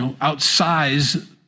outsize